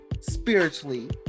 spiritually